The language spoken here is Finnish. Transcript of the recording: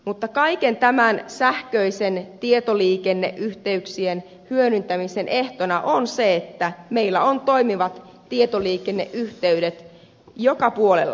mutta kaiken tämän sähköisen tietoliikenneyhteyksien hyödyntämisen ehtona on se että meillä on toimivat tietoliikenneyhteydet joka puolella suomea